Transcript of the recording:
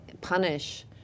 punish